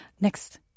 Next